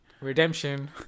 Redemption